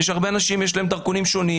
יש הרבה אנשים, יש להם דרכונים שונים.